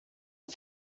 con